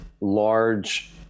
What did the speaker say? large